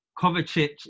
Kovacic